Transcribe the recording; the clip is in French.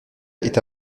est